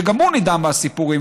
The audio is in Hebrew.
שגם הוא נדהם מהסיפורים.